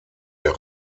der